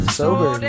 sober